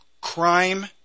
crime